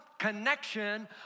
connection